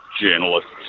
journalists